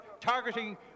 targeting